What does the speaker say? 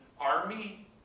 army